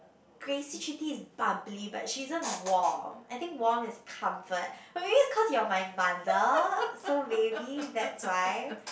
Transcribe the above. Crazy Chitty is bubbly but she isn't warm I think warm is comfort but maybe is cause you're my mother so maybe that's why